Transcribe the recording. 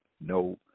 no